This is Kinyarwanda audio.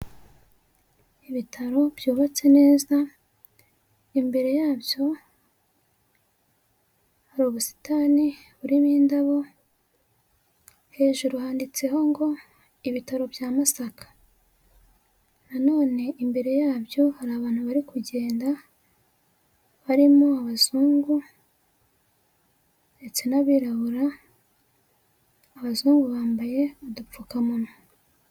Ibitaro byubatse neza, imbere yabyo hari ubusitani burimo indabo, hejuru handitseho ngo ibitaro bya Masaka. Na none imbere yabyo hari abantu bari kugenda, barimo abazungu ndetse n'abirabura, abazungu bambaye udupfukamunwa.